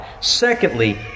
Secondly